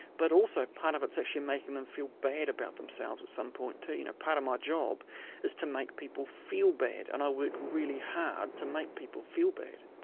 but also part of it's actually making them feel bad about themselves at some point too, you know part of my job is to make people feel bad and i work really hard to make people feel bad.